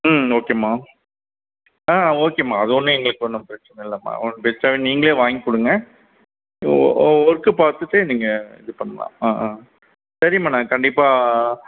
ஓகேம்மா ஓகேம்மா அது ஒன்றும் எங்களுக்கு ஒன்றும் பிரச்சனை இல்லைம்மா பெஸ்ட்டாகவே நீங்களே வாங்கிக் கொடுங்க ஒர்க் பார்த்துட்டு நீங்கள் இது பண்ணலாம் சரிம்மா நான் கண்டிப்பாக